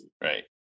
Right